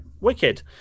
Wicked